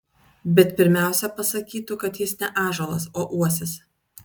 bet pirmiausia pasakytų kad jis ne ąžuolas o uosis